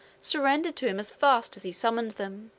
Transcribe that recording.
surrendered to him as fast as he summoned them.